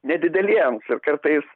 nedideliems ir kartais